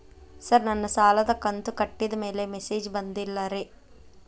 sir ನನ್ನ ಸಾಲದ ಕಂತು ಕಟ್ಟಿದಮೇಲೆ ಮೆಸೇಜ್ ಬಂದಿಲ್ಲ ರೇ